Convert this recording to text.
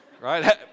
Right